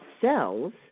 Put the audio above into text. cells